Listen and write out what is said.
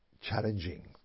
challenging